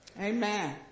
Amen